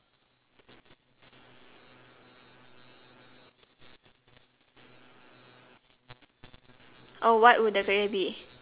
oh what would the career be